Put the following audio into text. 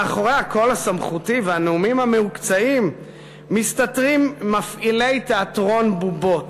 מאחורי הקול הסמכותי והנאומים המהוקצעים מסתתרים מפעילי תיאטרון בובות.